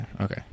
okay